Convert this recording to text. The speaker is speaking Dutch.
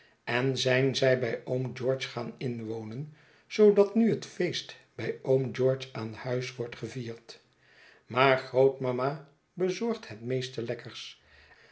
en zijn bij oom george gaan inwonen zoodat nu het feest bij oom george aan huis wordt gevierd maar grootmama bezorgt het meeste lekkers